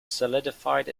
solidified